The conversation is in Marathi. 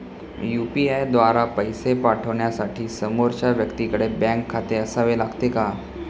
यु.पी.आय द्वारा पैसे पाठवण्यासाठी समोरच्या व्यक्तीकडे बँक खाते असावे लागते का?